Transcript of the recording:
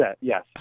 yes